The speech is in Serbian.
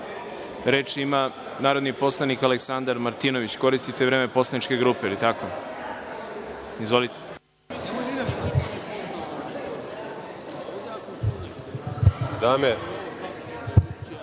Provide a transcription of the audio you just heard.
ima narodni poslanik Aleksandar Martinović. Koristite vreme poslaničke grupe, je li tako? Izvolite.